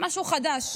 משהו חדש.